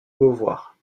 beauvoir